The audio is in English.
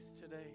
today